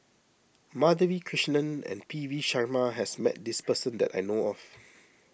Madhavi Krishnan and P V Sharma has met this person that I know of